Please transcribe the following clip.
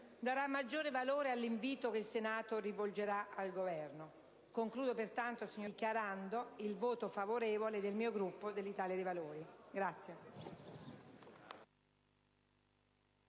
darà maggiore valore all'invito che il Senato rivolgerà al Governo. Concludo pertanto, signor Presidente, dichiarando il voto favorevole dell'Italia dei Valori.